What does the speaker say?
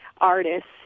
Artists